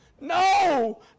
no